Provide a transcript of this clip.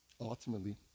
Ultimately